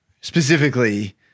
specifically